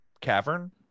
cavern